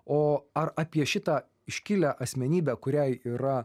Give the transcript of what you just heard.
o ar apie šitą iškilią asmenybę kuriai yra